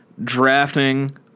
drafting